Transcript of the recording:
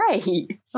great